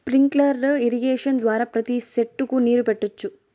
sprinkler irrigation ద్వారా ప్రతి సెట్టుకు నీరు పెట్టొచ్చు